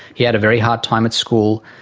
he had a very hard time at school.